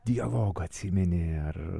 dialogą atsimeni ar